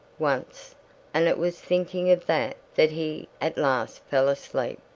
once and it was thinking of that that he at last fell asleep.